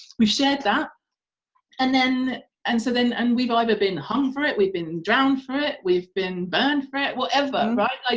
we've shared that and then and so then and we've either been hung for it, we've been drowned for it, we've been burned for it, whatever, right, like